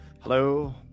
Hello